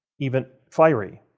even fiery.